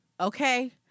okay